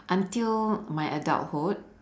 until my adulthood